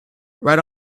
right